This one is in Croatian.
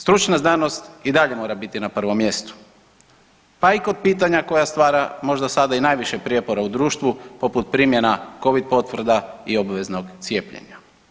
Stručna znanost i dalje mora biti na prvom mjestu pa i kod pitanja koja stvara možda sada i najviše prijepora u društvu poput primjena Covid potvrda i obaveznog cijepljenja.